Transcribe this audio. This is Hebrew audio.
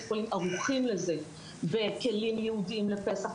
החולים ערוכים לזה בכלים ייעודיים לפסח,